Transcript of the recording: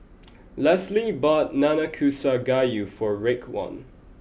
Leslee bought Nanakusa Gayu for Raekwon